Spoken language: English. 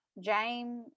james